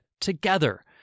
together